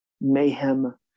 mayhem